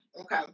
Okay